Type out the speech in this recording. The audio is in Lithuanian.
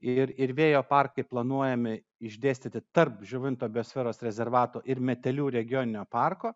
ir ir vėjo parkai planuojami išdėstyti tarp žuvinto biosferos rezervato ir metelių regioninio parko